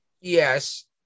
Yes